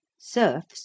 Serfs